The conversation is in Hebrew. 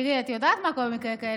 תראי, את יודעת מה קורה במקרים כאלה.